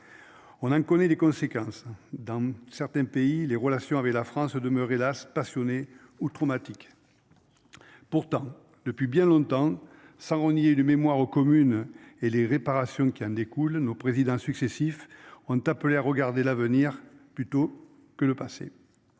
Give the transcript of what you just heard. On en connaît les conséquences dans certains pays, les relations avec la France demeure hélas passionné ou traumatiques. Pourtant depuis bien longtemps. Sans renier le mémoire aux communes et les réparations qui en découlent. Nos présidents successifs ont appelé à regarder l'avenir plutôt que le passé.